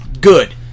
Good